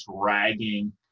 dragging